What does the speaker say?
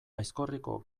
aizkorriko